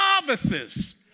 novices